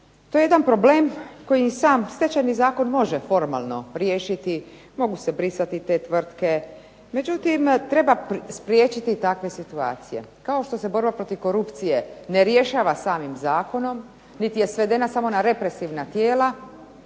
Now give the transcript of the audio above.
to je jedan problem koji sam Stečajni zakon može formalno riješiti, mogu se brisati te tvrtke, međutim treba spriječiti takve situacije, kao što se borba protiv korupcije ne rješava samim zakonom, niti je svedena samo na represivna tijela,